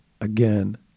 again